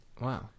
Wow